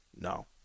No